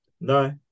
No